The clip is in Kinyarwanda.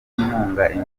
inkunga